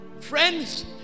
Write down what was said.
Friends